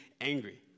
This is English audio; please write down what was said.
angry